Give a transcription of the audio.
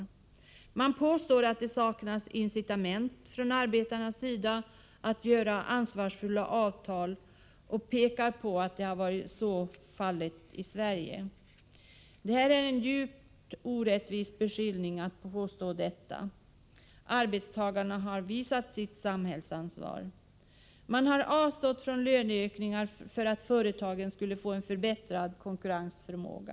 Vidare påstår man att det saknas incitament från arbetarnas sida när det gäller att få till stånd ansvarsfulla avtal. Man pekar på att så varit fallet i Sverige. Jag vill dock framhålla att detta är en djupt orättvis beskyllning. Arbetstagarna har faktiskt visat samhällsansvar. De har avstått från löneökningar för att de företag som de arbetar i skall kunna bli mera konkurrenskraftiga.